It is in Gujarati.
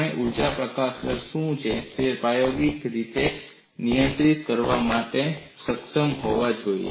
આપણે ઊર્જા પ્રકાશન દર શું છે પ્રાયોગિક રીતે નિયંત્રિત કરવા માટે સક્ષમ હોવા જોઈએ